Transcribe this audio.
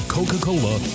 Coca-Cola